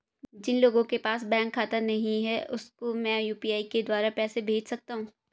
जिन लोगों के पास बैंक खाता नहीं है उसको मैं यू.पी.आई के द्वारा पैसे भेज सकता हूं?